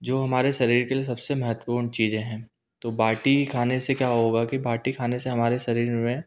जो हमारे शरीर के लिए सब से महेत्वपूर्ण चीज़ है तो बाटी खाने से क्या होगा कि बाटी खाने से हमारे शरीर में